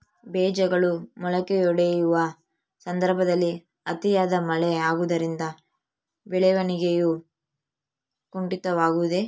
ಬೇಜಗಳು ಮೊಳಕೆಯೊಡೆಯುವ ಸಂದರ್ಭದಲ್ಲಿ ಅತಿಯಾದ ಮಳೆ ಆಗುವುದರಿಂದ ಬೆಳವಣಿಗೆಯು ಕುಂಠಿತವಾಗುವುದೆ?